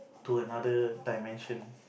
to another dimension